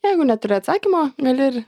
jeigu neturi atsakymo gali ir